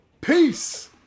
Peace